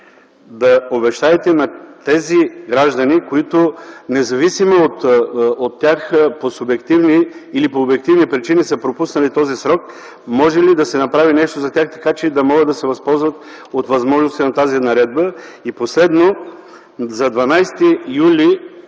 да обещаете на тези граждани, които, независимо по субективни или по обективни причини, са пропуснали този срок, да се направи нещо за тях, така че да могат да се възползват от възможностите на тази наредба? И последно, за 12 юли